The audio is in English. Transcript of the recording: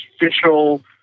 official